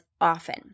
often